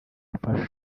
idufasha